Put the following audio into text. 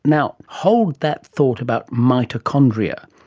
now, hold that thought about mitochondria.